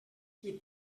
qui